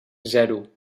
zero